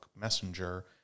Messenger